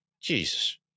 Jesus